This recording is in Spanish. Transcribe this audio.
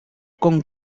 con